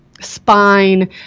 spine